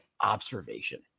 observation